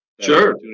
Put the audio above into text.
Sure